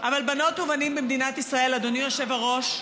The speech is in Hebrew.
אבל בנות ובנים במדינת ישראל, אדוני היושב-ראש,